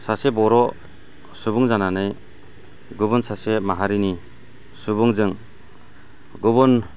सासे बर' सुबुं जानानै गुबुन सासे माहारिनि सुबुंजों गुबुन